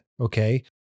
Okay